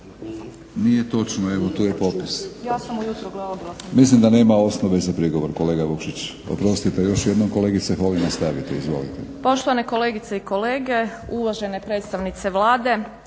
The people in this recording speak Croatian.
Nije točno, evo tu je popis. Mislim da nema osnove za prigovor kolega Vukšić. Oprostite još jednom kolegice Holy, nastavite. Izvolite.